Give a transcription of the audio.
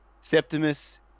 Septimus